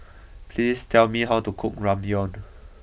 please tell me how to cook Ramyeon